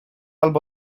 lub